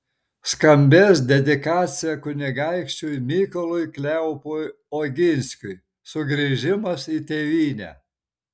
skambės dedikacija kunigaikščiui mykolui kleopui oginskiui sugrįžimas į tėvynę